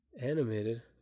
animated